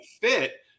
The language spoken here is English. fit